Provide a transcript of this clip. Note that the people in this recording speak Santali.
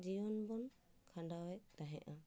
ᱡᱤᱭᱚᱱ ᱵᱚᱱ ᱠᱷᱟᱸᱰᱟᱣᱮᱫ ᱛᱟᱦᱮᱱᱟ